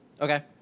Okay